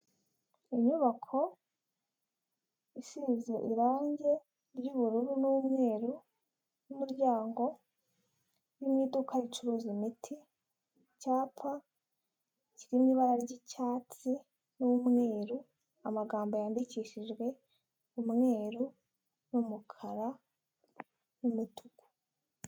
Inyubako isize irangi ry'ubururu n'umweru, n'umuryango urimo iduka ricuruza imiti, icyapa kiririmo ibara ry'icyatsi n'umweru amagambo yandikishijwe umweru n'umukara n'imituku.